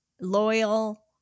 loyal